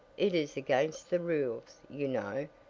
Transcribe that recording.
it is against the rules, you know,